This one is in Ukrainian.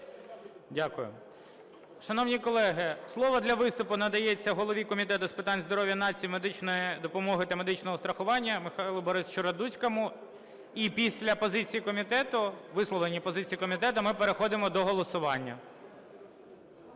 Дякую. Шановні колеги, слово для виступу надається голові Комітету з питань здоров'я нації, медичної допомоги та медичного страхування Михайлу Борисовичу Радуцькому. І після позиції комітету, висловлення позиції комітету ми переходимо до голосування.